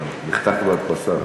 נחתך בהדפסה.